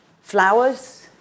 Flowers